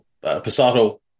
Passato